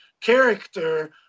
character